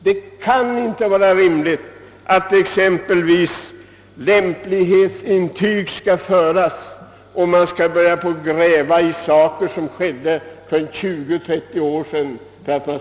Det kan inte vara rimligt att exempelvis ett lämplighetsintyg erfordras som avser saker och ting som ligger 20—30 år tillbaka i tiden.